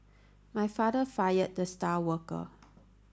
my father fired the star worker